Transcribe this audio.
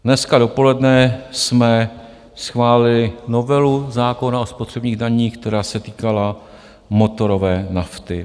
Dneska dopoledne jsme schválili novelu zákona o spotřebních daních, která se týkala motorové nafty.